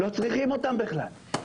לא צריכים אותם בכלל.